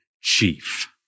chief